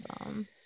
awesome